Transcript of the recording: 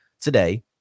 today